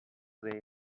they